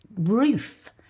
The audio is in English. roof